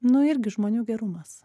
nu irgi žmonių gerumas